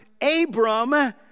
Abram